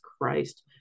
Christ